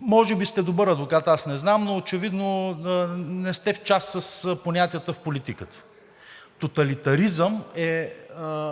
може би сте добър адвокат, аз не знам, но очевидно не сте в час с понятията в политиката. Тоталитаризъм е